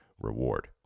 reward